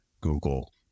Google